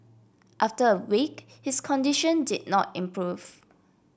after a week his condition did not improve